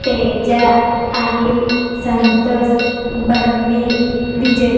Teja Anil Santosh Bunny Vijay